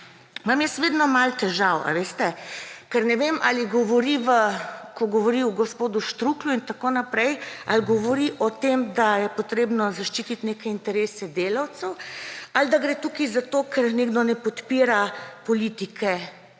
imam jaz vedno malo težav, ker ne vem, ko govori o gospodu Štruklju in tako naprej, ali govori o tem, da je potrebno zaščititi neke interese delavcev, ali da gre tukaj za to, ker nekdo ne podpira politike